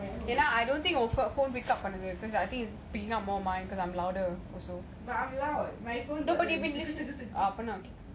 என்ன:enna I don't think a full make up and it's I think it's picking up mine more cause I'm louder அபான:apona okay